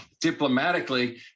diplomatically